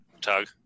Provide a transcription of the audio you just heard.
Tug